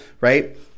right